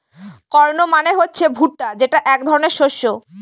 corn মানে হচ্ছে ভুট্টা যেটা এক ধরনের শস্য